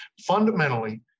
Fundamentally